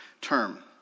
term